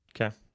Okay